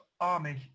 army